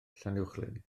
llanuwchllyn